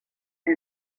più